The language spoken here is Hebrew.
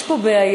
יש פה בעיה,